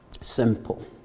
Simple